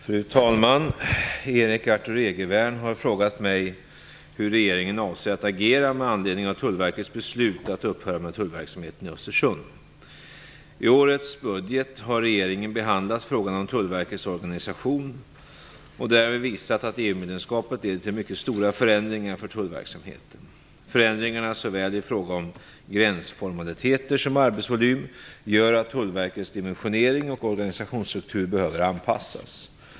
Fru talman! Erik Arthur Egervärn har frågat mig hur regeringen avser att agera med anledning av Tullverkets beslut att upphöra med tullverksamheten i I årets budgetproposition har regeringen behandlat frågan om Tullverkets organisation och därvid visat att EU-medlemskapet leder till mycket stora förändringar för tullverksamheten. Förändringarna såväl i fråga om gränsformaliteter som arbetsvolym gör att Tullverkets dimensionering och organisationsstruktur behöver anpassas.